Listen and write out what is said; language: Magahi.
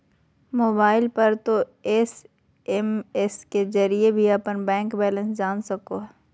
मोबाइल पर तों एस.एम.एस के जरिए भी अपन बैंक बैलेंस जान सको हो